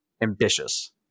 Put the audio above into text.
ambitious